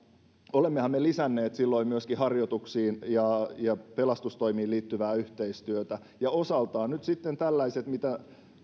olemmehan me lisänneet silloin myöskin harjoituksiin ja pelastustoimiin liittyvää yhteistyötä ja nyt sitten tällaiset mitä